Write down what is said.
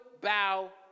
bow